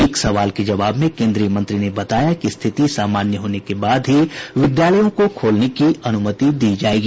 एक सवाल के जवाब में केंद्रीय मंत्री ने बताया कि स्थिति सामान्य होने के बाद ही विद्यालयों को खोलने की अनुमति दी जाएगी